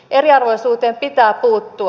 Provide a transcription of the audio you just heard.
eriarvoisuuteen pitää puuttua